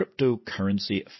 cryptocurrency